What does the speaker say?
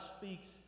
speaks